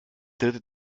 dritte